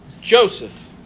Joseph